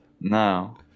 no